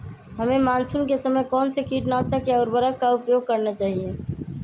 हमें मानसून के समय कौन से किटनाशक या उर्वरक का उपयोग करना चाहिए?